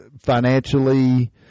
Financially